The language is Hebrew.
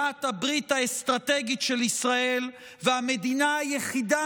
בת הברית האסטרטגית של ישראל והמדינה היחידה